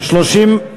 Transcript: סעיף